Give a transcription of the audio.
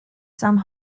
some